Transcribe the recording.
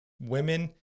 women